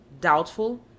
doubtful